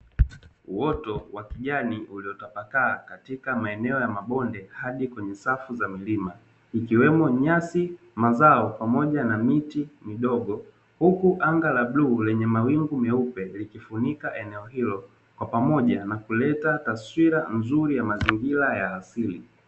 Uoto wa kijani uliotapakaa katika maeneo ya mabonde hadi kwenye safu za milima; ikiwemo nyasi, mazao pamoja na miti midogo, huku anga la bluu lenye mawingu meupe likifunika eneo hilo kwa pamoja na kuleta taswira nzuri ya mazingira ya asili.